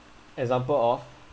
example of